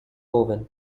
owen